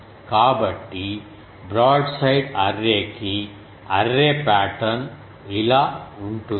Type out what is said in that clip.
కాబట్టి బ్రాడ్సైడ్ అర్రేకి array pattern ఇలా ఉంటుంది